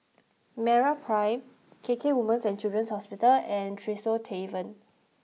MeraPrime K K Women's and Children's Hospital and Tresor Tavern